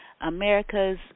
America's